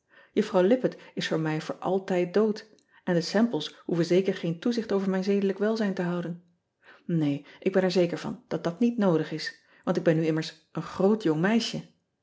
uffrouw ippett is voor mij voor altijd dood en de emples hoeven zeker geen toezicht over mijn zedelijk welzijn te houden een ik ben er zeker van dat dat niet noodig is want ik ben nu immers een groot jongmeisje